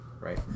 right